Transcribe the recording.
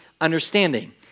understanding